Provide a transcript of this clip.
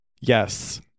yes